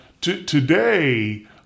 today